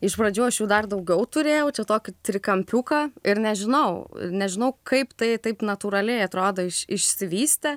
iš pradžių aš jų dar daugiau turėjau čia tokį trikampiuką ir nežinau nežinau kaip tai taip natūraliai atrodo iš išsivystė